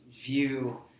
view